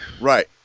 Right